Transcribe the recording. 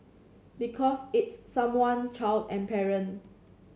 because it's someone child and parent